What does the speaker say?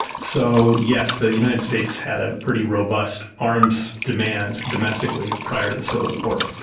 so, yes, the united states had a pretty robust arms demand domestically prior to the civil war.